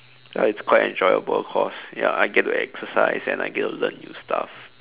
ya it's quite an enjoyable course ya I get to exercise and I get to learn new stuff